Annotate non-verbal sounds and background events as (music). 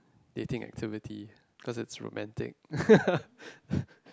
dating activity cause it's romantic (laughs)